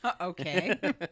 Okay